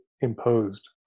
imposed